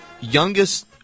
Youngest